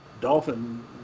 Dolphin